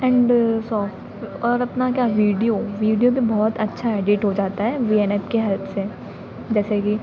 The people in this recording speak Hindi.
एंड सॉफ़ और अपना क्या वीडियो वीडियो भी बहुत अच्छा एडिट हो जाता है वी एन ऐप की हेल्प से जैसे कि